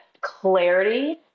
clarity